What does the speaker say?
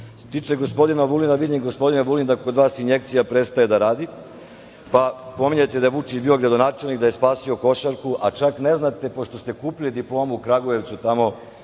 tiče gospodine Vulina, vidim, gospodine Vulin, da kod vas injekcija prestaje da radi, pa pominjete da je Vučić bio gradonačelnik, da je spasio košarku, a čak ne znate, pošto ste kupili diplomu u Kragujevcu, tamo